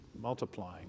multiplying